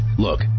Look